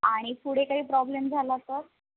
आणि पुढे काही प्रॉब्लेम झाला तर